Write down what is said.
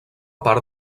part